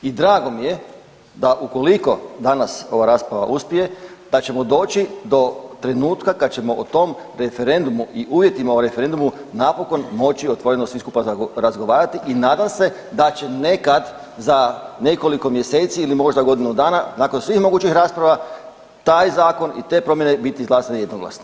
I drago mi je da ukoliko danas ova rasprava uspije da ćemo doći do trenutka kad ćemo o tom referendumu i uvjetima o referendumu napokon moći svi skupa otvoreno razgovarati i nadam se da će nekad za nekoliko mjeseci ili možda godinu dana nakon svih mogućih rasprava taj zakon i te promjene biti izglasane jednoglasno.